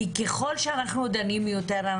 ככול שאנחנו דנים יותר,